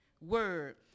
word